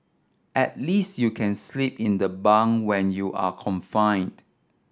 at least you can sleep in the bung when you're confined